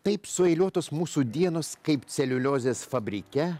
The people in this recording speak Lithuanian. taip sueiliuotos mūsų dienos kaip celiuliozės fabrike